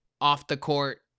off-the-court